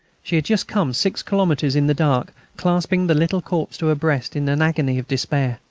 she had just come six kilometres in the dark, clasping the little corpse to her breast in an agony of despair.